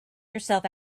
yourself